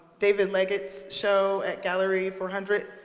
david leggett's show at gallery four hundred.